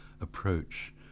approach